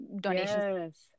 donations